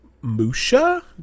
Musha